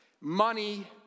money